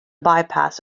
bypass